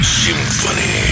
symphony